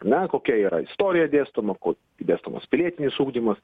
na kokia yra istorija dėstoma ko dėstomas pilietinis ugdymas